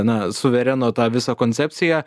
na suvereno tą visą koncepciją